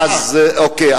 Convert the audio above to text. אוקיי.